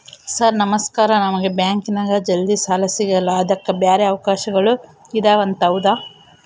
Sir ನಮಸ್ಕಾರ ನಮಗೆ ಬ್ಯಾಂಕಿನ್ಯಾಗ ಜಲ್ದಿ ಸಾಲ ಸಿಗಲ್ಲ ಅದಕ್ಕ ಬ್ಯಾರೆ ಅವಕಾಶಗಳು ಇದವಂತ ಹೌದಾ?